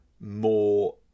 more